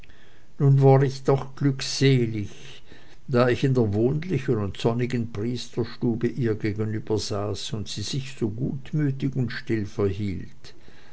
nun war ich doch glückselig da ich in der wohnlichen und sonnigen priesterstube ihr gegenübersaß und sie sich so gutmütig und still verhielt